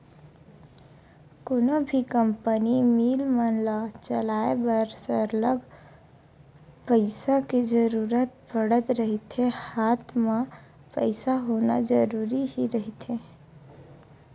कोनो भी company, mill मन ल चलाय बर सरलग पइसा के जरुरत पड़त रहिथे हात म पइसा होना जरुरी ही रहिथे